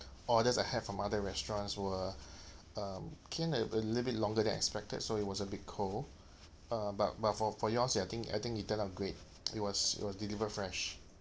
orders I had from other restaurants were um came a a little bit longer than expected so it was a bit cold um but but for for yours I think I think it turned out great it was it was delivered fresh